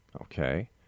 Okay